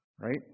right